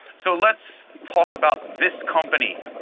so let's talk about this company.